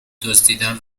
دزدیدم